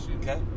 Okay